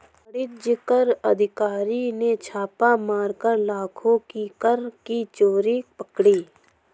वाणिज्य कर अधिकारी ने छापा मारकर लाखों की कर की चोरी पकड़ी